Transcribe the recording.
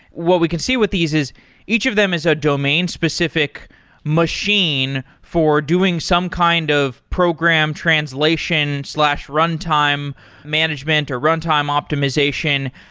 what we can see with these is each of them is a domain-specific machine for doing some kind of program translation runtime management or runtime optimization,